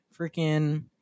freaking